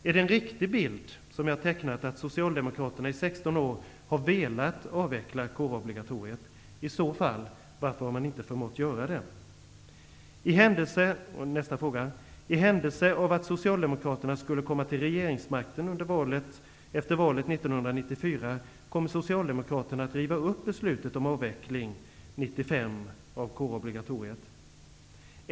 Är det en riktig bild som har tecknats, att Socialdemokraterna i 16 år har velat avveckla kårobligatoriet? I så fall, varför har man inte förmått göra det? Nästa fråga: I händelse av att Socialdemokraterna skulle komma till regeringsmakten efter valet 1994, kommer Socialdemokraterna att riva upp beslutet om avveckling av kårobligatoriet 1995?